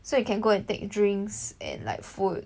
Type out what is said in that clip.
so you can go and take drinks and like food